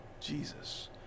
Jesus